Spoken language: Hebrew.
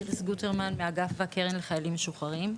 איריס גוטרמן מאגף והקרן לחיילים משוחררים.